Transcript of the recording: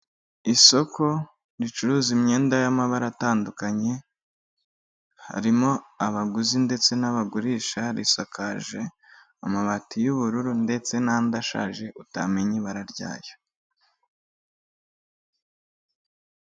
Isoko ricuruza imyenda y'amabara atandukanye harimo abaguzi ndetse n'abagurisha, risakaje amabati y'ubururu ndetse n'andi ashaje utamenya ibara ryayo.